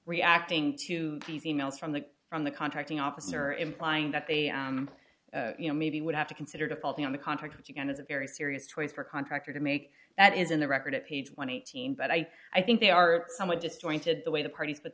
reacting to these e mails from the from the contracting office or implying that they you know maybe would have to consider defaulting on the contract which again is a very serious choice for a contractor to make that is in the record at page one thousand but i i think they are somewhat disjointed the way the parties but